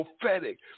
prophetic